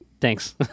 Thanks